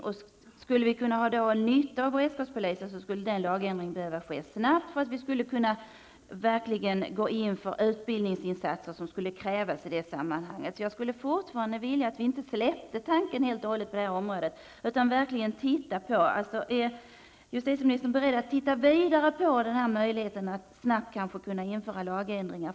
Om vi skulle kunna ha någon nytta av beredskapspolisen skulle en sådan lagändring behöva ske snabbt för att de utbildningsinsatser som krävs skall kunna sättas in. Jag skulle vilja att vi inte släpper tanken på detta helt och hållet. Är justitieministern beredd att titta vidare på den här möjligheten att snabbt kunna införa lagändringar?